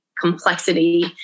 complexity